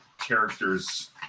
characters